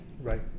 Right